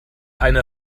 eine